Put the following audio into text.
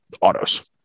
autos